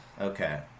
okay